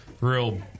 real